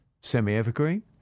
Semi-evergreen